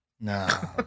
No